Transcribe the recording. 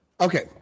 Okay